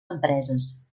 empreses